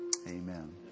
Amen